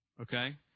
okay